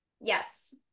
Yes